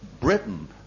Britain